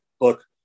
look